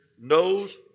knows